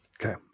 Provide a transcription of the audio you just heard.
Okay